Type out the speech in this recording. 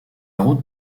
route